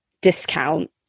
discount